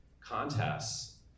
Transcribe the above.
contests